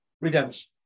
redemption